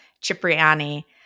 Cipriani